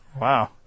Wow